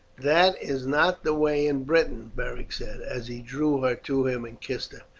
that is not the way in britain, beric said, as he drew her to him and kissed her.